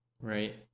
right